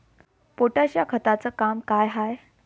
Potash या खताचं काम का हाय?